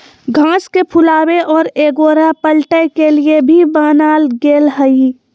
घास के फुलावे और एगोरा पलटय के लिए भी बनाल गेल हइ